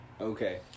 Okay